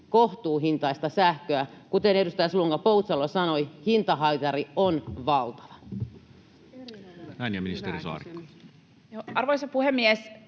kohtuuhintaista sähköä? Kuten edustaja Slunga-Poutsalo sanoi, hintahaitari on valtava.